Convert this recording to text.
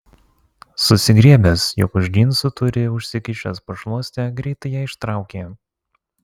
susigriebęs jog už džinsų turi užsikišęs pašluostę greitai ją ištraukė